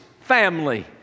family